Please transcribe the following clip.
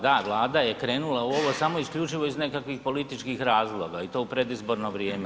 Da Vlada je krenula u ovo samo isključivo iz nekakvih političkih razloga i to u predizborno vrijeme.